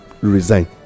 resign